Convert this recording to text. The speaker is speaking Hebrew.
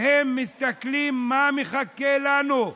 והם מסתכלים, מה מחכה לנו,